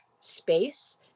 space